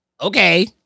okay